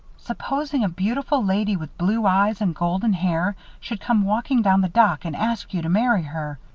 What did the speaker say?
supposing a beautiful lady with blue eyes and golden hair should come walking down the dock and ask you to marry her,